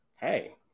hey